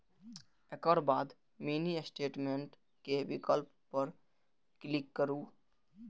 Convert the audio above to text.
एकर बाद mini statement के विकल्प पर क्लिक करू